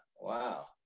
Wow